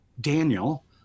Daniel